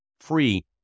free